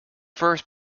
first